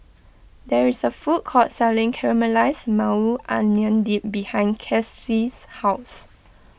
there is a food court selling Caramelized Maui Onion Dip behind Kelsey's house